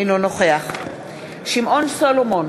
אינו נוכח שמעון סולומון,